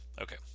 Okay